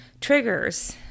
triggers